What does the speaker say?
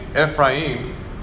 Ephraim